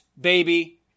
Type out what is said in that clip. baby